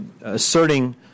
asserting